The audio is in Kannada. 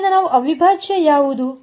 ಆದ್ದರಿಂದ ನಮ್ಮ ಅವಿಭಾಜ್ಯ ಯಾವುದು